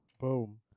Boom